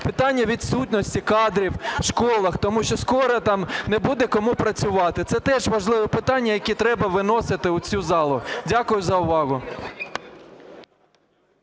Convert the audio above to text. Питання відсутності кадрів у школах, тому що скоро там не буде кому працювати. Це теж важливі питання, які треба виносити у цю залу. Дякую за увагу.